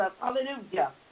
Hallelujah